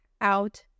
out